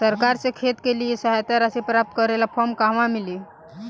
सरकार से खेत के लिए सहायता राशि प्राप्त करे ला फार्म कहवा मिली?